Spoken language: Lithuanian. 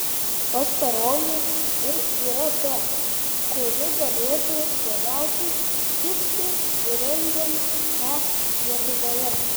pastaroji ir yra ta kuri galėtų geriausiai tikti įrengiant he lietuvoje